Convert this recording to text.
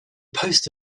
post